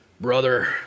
brother